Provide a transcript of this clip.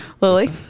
Lily